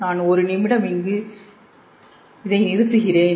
நான் ஒரு நிமிடம் இங்கு இங்கே நிறுத்துவேன்